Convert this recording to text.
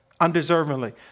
undeservingly